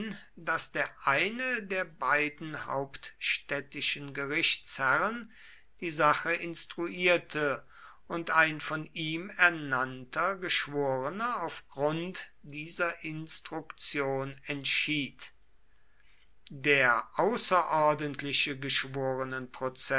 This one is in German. daß der eine der beiden hauptstädtischen gerichtsherren die sache instruierte und ein von ihm ernannter geschworener auf grund dieser instruktion entschied der außerordentliche